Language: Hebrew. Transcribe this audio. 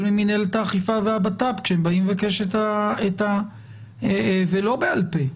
ממנהלת האכיפה והבט"פ כשהם באים לבקש ולא בעל פה.